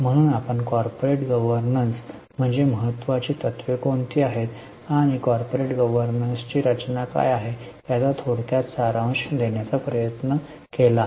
म्हणून आपण corporate governance म्हणजे महत्त्वाची तत्त्वे कोणती आहेत आणि कॉर्पोरेट गव्हर्नन्सची रचना काय आहे याचा थोडक्यात सारांश देण्याचा प्रयत्न केला आहे